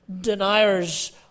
deniers